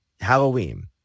Halloween